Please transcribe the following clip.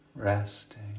Resting